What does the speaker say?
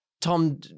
Tom